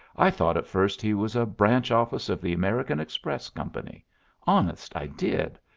i thought at first he was a branch office of the american express company honest i did.